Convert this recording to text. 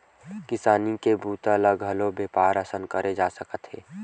किसानी के बूता ल घलोक बेपार असन करे जा सकत हे